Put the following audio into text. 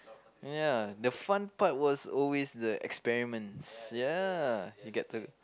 ya the fun part was always the experiments ya you get to